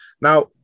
Now